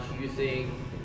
using